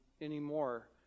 anymore